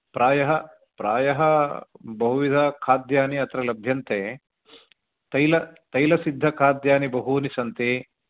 प्रायः प्रायः बहुविधखाद्यानि अत्र लभ्यन्ते तैल तैलसिद्धखाद्यानि बहूनि सन्ति